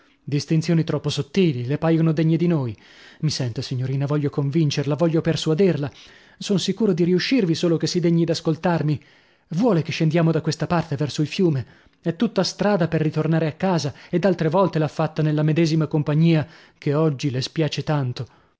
distinzioni troppo sottili le paiono degne di noi mi senta signorina voglio convincerla voglio persuaderla son sicuro di riuscirvi solo che si degni d'ascoltarmi vuole che scendiamo da questa parte verso il fiume è tutta strada per ritornare a casa ed altre volte l'ha fatta nella medesima compagnia che oggi le spiace tanto